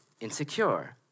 insecure